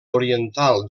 oriental